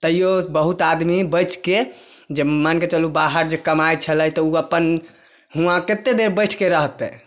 तैयो बहुत आदमी बैचके जे मानि कऽ चलू जे कमाइ छलै तऽ ओ अपन हुआँ कते देर बैठके रहतै